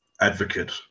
advocate